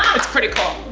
it's pretty cool.